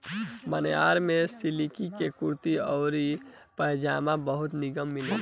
मान्यवर में सिलिक के कुर्ता आउर पयजामा बहुते निमन मिलेला